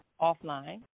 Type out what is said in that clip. offline